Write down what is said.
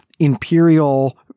imperial